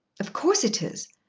of course it is,